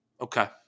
Okay